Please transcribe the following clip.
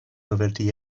novelty